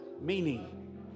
meaning